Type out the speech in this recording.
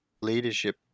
leadership